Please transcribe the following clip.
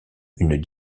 une